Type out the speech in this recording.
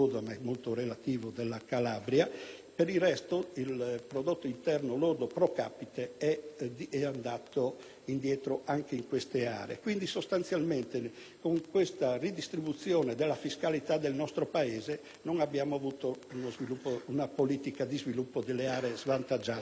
per il resto, il prodotto interno lordo *pro capite* è sceso anche in queste aree. Quindi, con questa redistribuzione della fiscalità del nostro Paese, non abbiamo avuto una politica di sviluppo delle aree svantaggiate rispetto a quelle ricche.